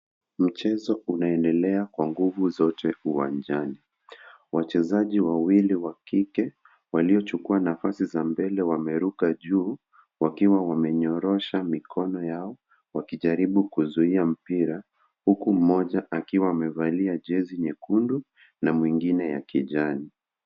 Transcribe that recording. Mchezo unaendelea kwa nguvu zote uwanjani. Wachezaji wawili wa kike waliochukua nafasi za mbele wameruka juu, wakiwa wamenyoosha mikono yao wakijaribu kuzuia mpira, huku mmoja akiwa amevalia jezi nyekundu na mwingine ya kijani.